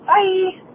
Bye